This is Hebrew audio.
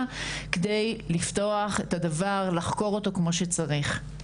כדי לפתוח את הדבר ולחקור אותו כמו שצריך.